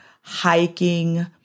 hiking